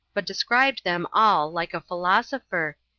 but described them all like a philosopher,